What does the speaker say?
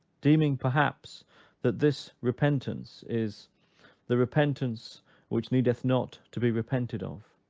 deeming perhaps that this repentance is the repentance which needeth not to be repented of.